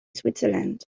switzerland